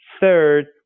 third